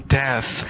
death